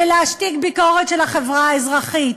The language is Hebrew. בלהשתיק ביקורת של החברה האזרחית,